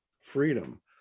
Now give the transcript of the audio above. freedom